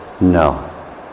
no